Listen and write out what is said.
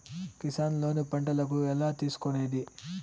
Kisan loan పంటలకు ఎలా తీసుకొనేది?